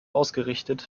ausgerichtet